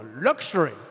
luxury